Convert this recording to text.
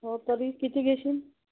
हो तरी किती घेशीन